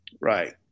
Right